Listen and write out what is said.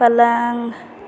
पलङ्ग